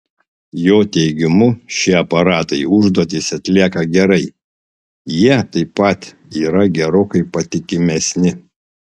jo teigimu šie aparatai užduotis atlieka gerai jie taip pat yra gerokai patikimesni